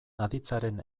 aditzaren